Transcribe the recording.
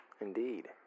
Indeed